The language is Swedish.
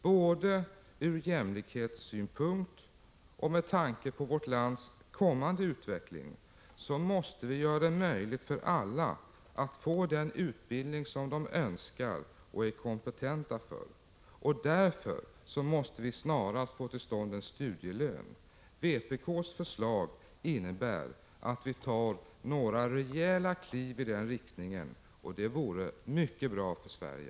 Både ur jämlikhetssynpunkt och med tanke på vårt lands kommande utveckling måste vi göra det möjligt för alla att få den utbildning som de önskar och är kompetenta för. Och därför måste vi snarast få till stånd en studielön. Vpk:s förslag innebär att vi tar några rejäla kliv i den riktningen, och det vore mycket bra för Sverige.